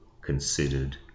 considered